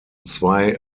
zwei